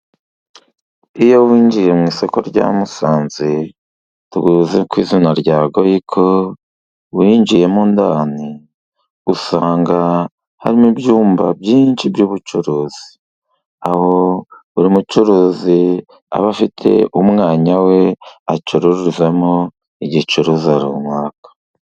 Iyo winjiye mu isoko rya Musanze tuzi ku izina rya Goyiko, winjiyemo ndani usanga harimo ibyumba byinshi by'ubucuruzi, aho buri mucuruzi aba afite umwanya we acururizamo igicuruzwa runaka.